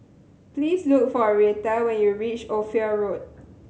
please look for Reatha when you reach Ophir Road